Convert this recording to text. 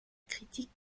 critique